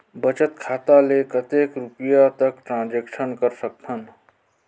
बचत खाता ले कतेक रुपिया तक ट्रांजेक्शन कर सकथव?